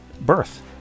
birth